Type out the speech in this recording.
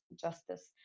justice